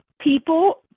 people